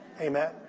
Amen